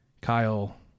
kyle